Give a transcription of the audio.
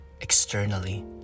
externally